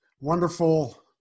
Wonderful